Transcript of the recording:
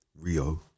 Rio